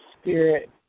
spirit